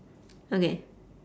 okay